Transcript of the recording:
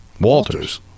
walters